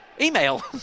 Email